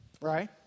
Right